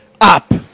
up